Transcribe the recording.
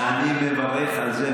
אני מברך על זה,